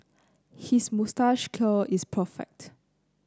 his moustache curl is perfect